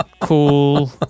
cool